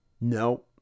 No